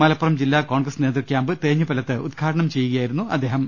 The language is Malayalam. മല പ്പുറം ജില്ലാ കോൺഗ്രസ് നേതൃക്യാമ്പ് തേഞ്ഞിപ്പലത്ത് ഉദ്ഘാ ടനം ചെയ്യുകയായിരുന്നു അദ്ദേഹം